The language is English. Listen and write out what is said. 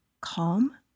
calm